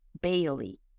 Bailey